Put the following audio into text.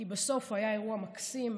כי בסוף היה אירוע מקסים,